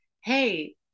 hey